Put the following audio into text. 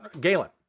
Galen